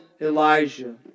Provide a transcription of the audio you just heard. Elijah